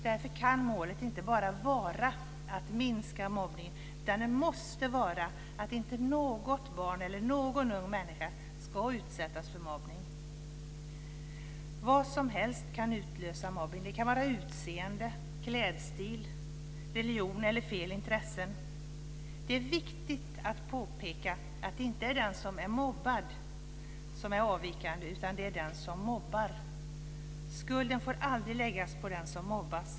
Därför kan målet inte bara vara att minska mobbning, utan det måste vara att inte något barn eller någon ung människa ska utsättas för mobbning. Vad som helst kan utlösa mobbning. Det kan vara utseende, klädstil, religion eller fel intressen. Det är viktigt att påpeka att det inte är den som är mobbad som är avvikande, utan att det är den som mobbar. Skulden får aldrig läggas på den som mobbas.